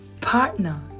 partner